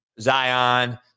Zion